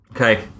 Okay